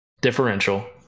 differential